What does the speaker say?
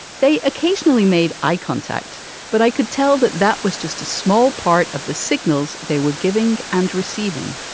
they occasionally made eye contact but i could tell that that was just a small part of the signals they were giving and receiving.